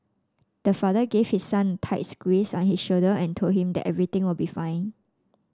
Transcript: the father gave his son tight squeeze on his shoulder and told him that everything will be fine